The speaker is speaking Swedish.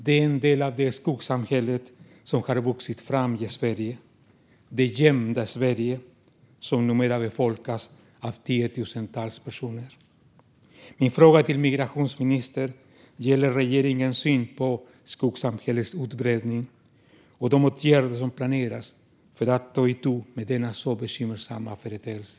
Det är en del av det skuggsamhälle som har vuxit fram i Sverige - det gömda Sverige, som numera befolkas av tiotusentals personer. Min fråga till migrationsministern gäller regeringens syn på skuggsamhällets utbredning och vilka åtgärder som planeras för att ta itu med denna bekymmersamma företeelse.